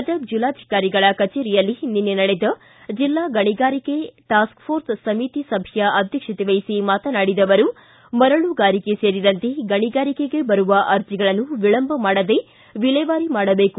ಗದಗ ಜಿಲ್ಲಾಧಿಕಾರಿಗಳ ಕಚೇರಿಯಲ್ಲಿ ನಿನ್ನೆ ನಡೆದ ಜಿಲ್ಲಾ ಗಣಿಗಾರಿಕೆ ಟಾಸ್ಕ್ ಫೋರ್ಸ ಸಮಿತಿ ಸಭೆಯ ಅಧ್ಯಕ್ಷತೆ ವಹಿಸಿ ಮಾತನಾಡಿದ ಅವರು ಮರಳುಗಾರಿಕೆ ಸೇರಿದಂತೆ ಗಣಿಗಾರಿಕೆಗೆ ಬರುವ ಅರ್ಜಿಗಳನ್ನು ವಿಳಂಬ ಮಾಡದೇ ವಿಲೇವಾರಿ ಮಾಡಬೇಕು